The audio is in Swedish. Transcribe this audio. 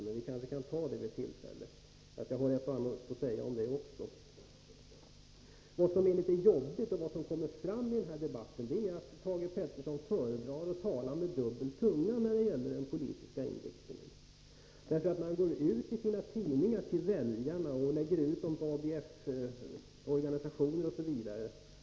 Vi kan kanske föra den debatten vid ett annat tillfälle, för jag har ett och annat att säga också i den frågan. Vad som är litet jobbigt — och som kommer fram i denna debatt — är att Thage Peterson föredrar att tala med dubbla tungor när det gäller den politiska inriktningen. När han i socialdemokratiska tidningar eller via ABF-organisationer vänder sig till väljarna säger han en sak.